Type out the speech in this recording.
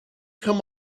come